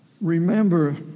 Remember